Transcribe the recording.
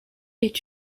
est